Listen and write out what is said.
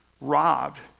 robbed